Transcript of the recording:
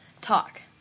talk